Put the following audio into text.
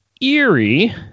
Erie